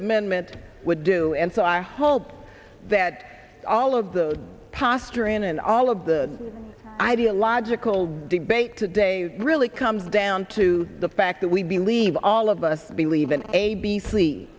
amendment would do and so i hope that all of the pastor in and all of the ideological debate today really comes down to the fact that we believe all of us believe in a b c